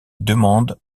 demande